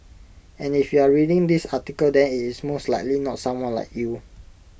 and if you are reading this article then IT is most likely not someone like you